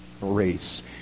race